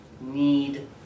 need